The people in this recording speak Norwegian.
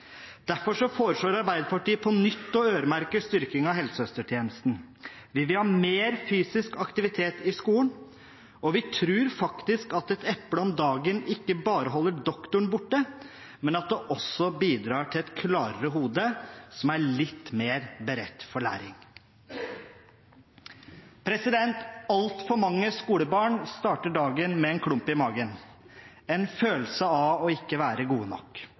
Derfor foreslår Arbeiderpartiet på nytt å øremerke styrking av helsesøstertjenesten. Vi vil ha mer fysisk aktivitet i skolen, og vi tror faktisk at et eple om dagen ikke bare holder doktoren borte, men at det også bidrar til et klarere hode som er litt mer beredt for læring. Altfor mange skolebarn starter dagen med en klump i magen, en følelse av ikke å være gode nok,